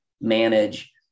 manage